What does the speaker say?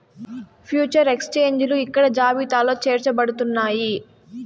future ఎక్స్చేంజిలు ఇక్కడ జాబితాలో చేర్చబడుతున్నాయి